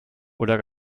oder